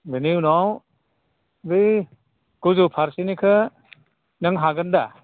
बेनि उनाव बै गोजौ फारसेनिखौ नों हागोन दा